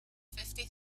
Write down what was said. fifty